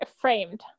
framed